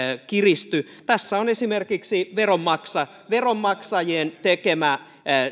kiristy tässä on esimerkiksi veronmaksajien veronmaksajien tekemä